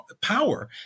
power